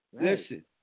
Listen